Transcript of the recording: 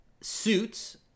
suits